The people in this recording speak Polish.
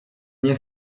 nie